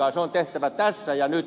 se on tehtävä tässä ja nyt